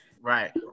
Right